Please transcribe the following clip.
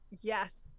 yes